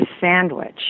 sandwich